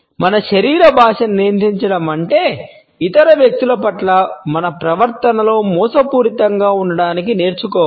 మన శరీర భాషని నియంత్రించడం అంటే ఇతర వ్యక్తుల పట్ల మన ప్రవర్తనలో మోసపూరితంగా ఉండటానికి నేర్చుకోవాలి